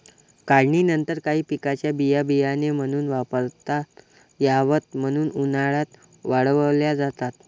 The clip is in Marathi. काढणीनंतर काही पिकांच्या बिया बियाणे म्हणून वापरता याव्यात म्हणून उन्हात वाळवल्या जातात